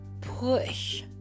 push